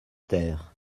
terre